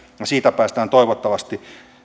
ja siitä toivottavasti